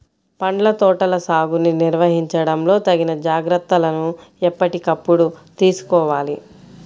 పండ్ల తోటల సాగుని నిర్వహించడంలో తగిన జాగ్రత్తలను ఎప్పటికప్పుడు తీసుకోవాలి